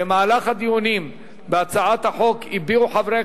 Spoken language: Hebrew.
במהלך הדיונים בהצעת החוק הביעו חברי